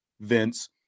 vince